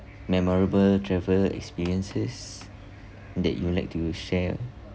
memorable travel experiences that you would like to share